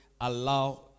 Allow